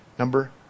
Number